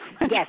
Yes